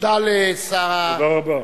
תודה רבה.